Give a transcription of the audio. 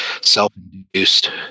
self-induced